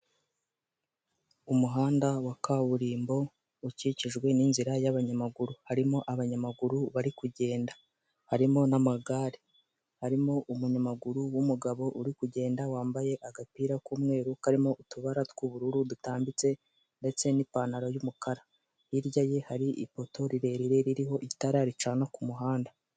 Umuhanda wa kaburimbo ukikijwe n'inzira y'abanyamaguru harimo abanyamaguru bari kugenda, harimo n'amagare, harimo umunyamaguru w'umugabo uri kugenda wambaye agapira k'umweru karimo utubara tw'ubururu dutambitse ndetse n'ipantaro y'umukara, hirya ye hari ifoto rirerire ririho itara ricana ku muhanda.